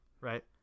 right